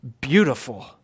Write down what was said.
beautiful